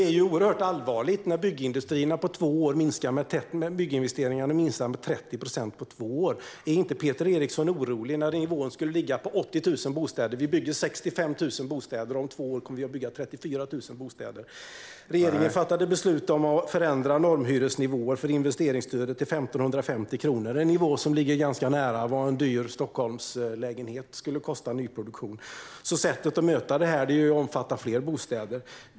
Fru talman! Detta är inte lätt. Men det är oerhört allvarligt när bygginvesteringarna minskar med 30 procent på två år. Är inte Peter Eriksson orolig när nivån skulle ligga på 80 000 bostäder? Vi bygger 65 000 bostäder. Om två år kommer vi att bygga 34 000 bostäder. Regeringen fattade beslut om att förändra normhyresnivån för investeringsstödet till 1 550 kronor. Det är en nivå som ligger ganska nära vad en dyr nyproducerad Stockholmslägenhet skulle kosta. Sättet att möta detta är omfatta fler bostäder.